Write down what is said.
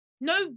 no